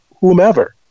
whomever